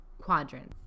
quadrants